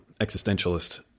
existentialist